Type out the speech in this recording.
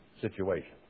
situation